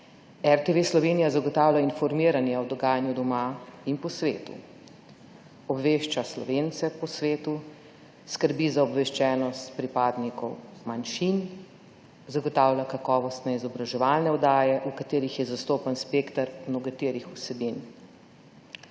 RTV Slovenija zagotavlja informiranje o dogajanju doma in po svetu. Obvešča Slovence po svetu, skrbi za obveščenost pripadnikov manjšin, zagotavlja kakovostne izobraževalne oddaje, v katerih je zastopan spekter mnogoterih vsebin.